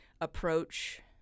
approach